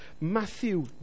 Matthew